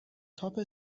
تاپ